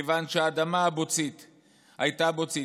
כיוון שהאדמה הייתה בוצית,